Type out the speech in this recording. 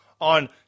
on